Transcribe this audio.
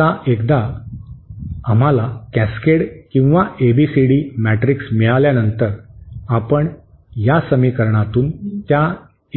आता एकदा आम्हाला कॅसकेड किंवा एबीसीडी मॅट्रिक्स मिळाल्यानंतर आपण या समीकरणातून त्या